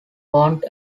want